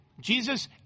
Jesus